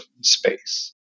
space